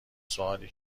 سوالی